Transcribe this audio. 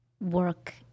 work